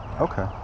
Okay